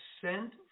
sent